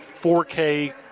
4K